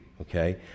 Okay